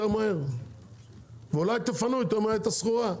מהר ואולי תפנו יותר מהר את הסחורה.